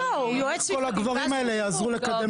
מה כל הגברים האלה יעזרו לקדם